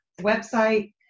website